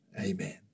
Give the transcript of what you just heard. amen